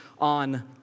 on